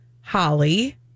Holly